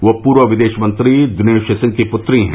वह पूर्व विदेश मंत्री दिनेश सिंह की पुत्री हैं